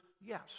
yes